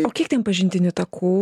o kiek ten pažintinių takų